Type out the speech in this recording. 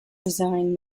design